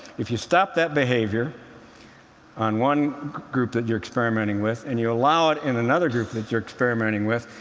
if you stop that behavior on one group that you're experimenting with, and you allow it in another group that you're experimenting with,